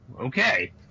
Okay